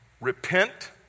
Repent